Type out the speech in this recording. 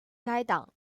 该党